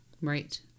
Right